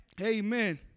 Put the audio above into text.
Amen